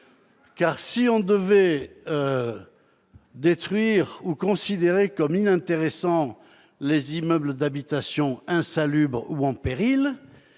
! Si l'on devait détruire ou considérer comme inintéressants les immeubles d'habitation insalubres ou en péril,